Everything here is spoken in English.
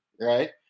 right